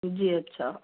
جی اچھا